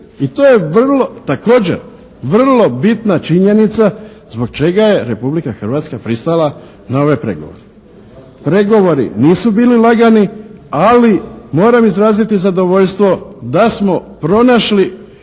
i to je vrlo, također vrlo bitna činjenica zbog čega je Republika Hrvatska pristala na ove pregovore. Pregovori nisu bili lagani, ali moram izraziti zadovoljstvo da smo pronašli